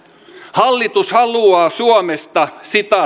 hallitus haluaa suomesta